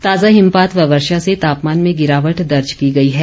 ताजा हिमपात व वर्षा से तापमान में गिरावट दर्ज की गई है